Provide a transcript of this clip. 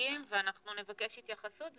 הנציגים ונבקש התייחסות.